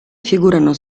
figurano